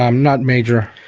um not major.